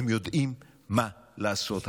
הם יודעים מה לעשות,